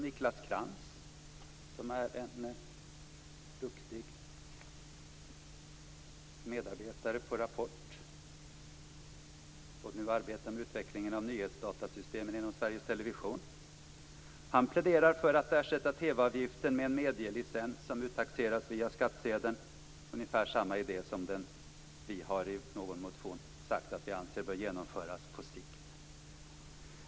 Niklas Krantz, som är en duktig medarbetare på Rapport och nu arbetar med utvecklingen av nyhetsdatasystemen inom Sveriges Television, pläderar för att ersätta TV-avgiften med en medielicens, som uttaxeras via skattsedeln. Det är ungefär samma idé som vi i någon motion har sagt bör genomföras på sikt.